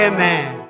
Amen